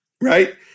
Right